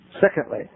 Secondly